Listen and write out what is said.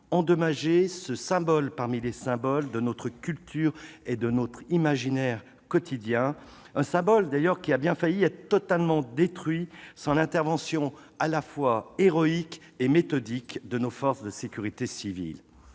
endommagé ce symbole parmi les symboles de notre culture et de notre imaginaire quotidien. D'ailleurs, ce symbole aurait été totalement détruit sans l'intervention à la fois héroïque et méthodique de nos forces de sécurité civile.